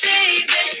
Baby